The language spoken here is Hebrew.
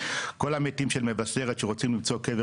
כל המתים של מבשרת שרוצים למצוא קבר